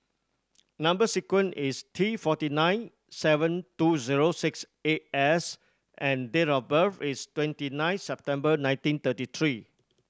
number sequence is T forty nine seven two zero six eight S and date of birth is twenty nine September nineteen thirty three